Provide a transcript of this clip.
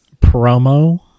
promo